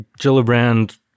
Gillibrand